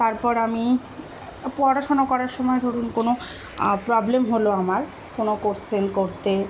তারপর আমি পড়াশোনা করার সময় ধরুন কোনো প্রবলেম হলো আমার কোনো কোশ্চেন করতে